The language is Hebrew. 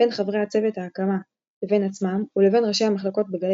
בין חברי צוות ההקמה לבין עצמם ולבין ראשי המחלקות בגלי